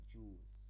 Jews